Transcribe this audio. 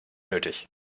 nötig